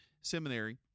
seminary